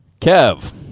Kev